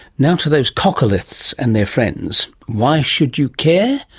now to those coccoliths and their friends. why should you care?